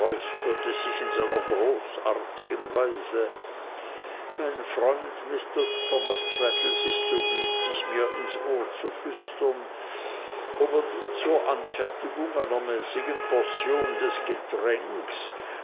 in seiner großartigen weise mein freund mr thomas traddles ist so gütig mir ins ohr zu flüstern ob er die zur anfertigung einer mäßigen portion des getränkes